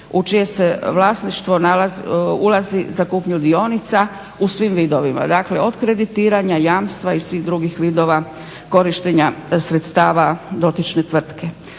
u čije se vlasništvo ulazi za kupnju dionica u svim vidovima dakle od kreditiranja jamstva i svih drugih vidova korištenja sredstava dotične tvrtke.